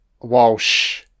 Walsh